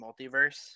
multiverse